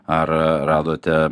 ar radote